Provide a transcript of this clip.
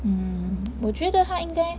mm 我觉得他应该